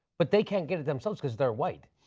but they can't get it themselves because they are white.